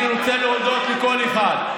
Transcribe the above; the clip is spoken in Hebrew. אני רוצה להודות לכל אחד,